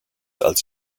als